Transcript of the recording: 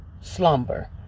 slumber